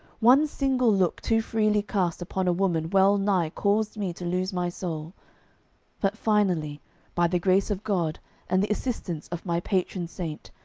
one single look too freely cast upon a woman well-nigh caused me to lose my soul but finally by the grace of god and the assistance of my patron saint,